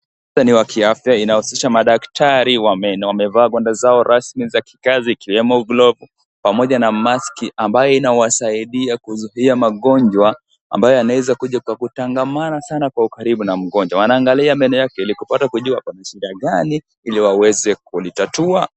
Muktadha ni wa kiafya inahusisha madaktari wa meno wamevaa gwanda zao rasmi za kikazi ikiwemo glovu pamoja na maski ambayo inawasaidia kuzuia magonjwa ambayo inaweza kuja kwa kutangamana sana kwa ukaribu na mgonjwa, wanaangalia meno yake ilikupata kujua pana shida gani iliwaweze kulitatua.